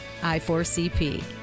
I4CP